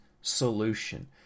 solution